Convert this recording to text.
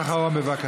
משפט אחרון, בבקשה.